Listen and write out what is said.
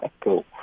Cool